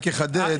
רק אחדד,